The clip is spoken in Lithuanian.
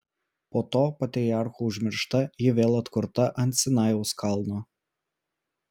po to patriarchų užmiršta ji vėl atkurta ant sinajaus kalno